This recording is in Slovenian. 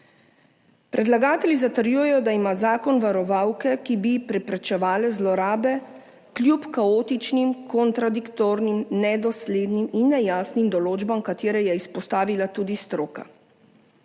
Predlagatelji zatrjujejo, da ima zakon varovalke, ki bi preprečevale zlorabe, kljub kaotičnim, kontradiktornim, nedoslednim in nejasnim določbam, ki jih je izpostavila tudi stroka.